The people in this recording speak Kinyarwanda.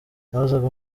nabazaga